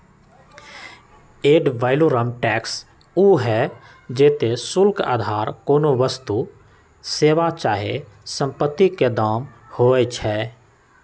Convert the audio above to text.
ad valorem tax उ हइ जेते शुल्क अधार कोनो वस्तु, सेवा चाहे सम्पति के दाम होइ छइ